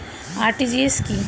RTGS কি?